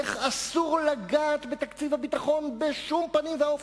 איך אסור לגעת בתקציב הביטחון בשום פנים ואופן,